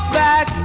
back